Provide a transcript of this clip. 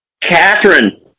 Catherine